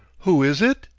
who is it?